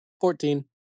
Fourteen